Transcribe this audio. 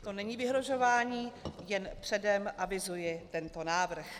To není vyhrožování, jen předem avizuji tento návrh.